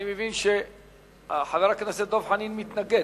אני מבין שחבר הכנסת דב חנין מתנגד.